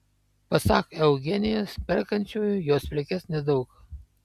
pasak eugenijos perkančiųjų jos prekes nedaug